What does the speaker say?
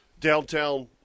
downtown